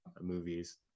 movies